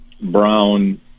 brown